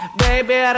baby